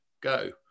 go